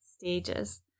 stages